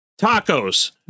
tacos